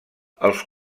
els